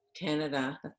Canada